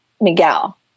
Miguel